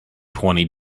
twenty